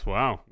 Wow